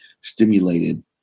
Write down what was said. stimulated